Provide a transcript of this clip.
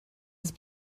ist